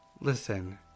Listen